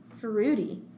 Fruity